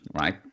right